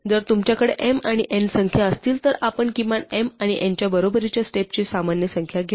जर तुमच्याकडे m आणि n संख्या असतील तर आपण किमान m आणि n च्या बरोबरीच्या स्टेप्सची सामान्य संख्या घेऊ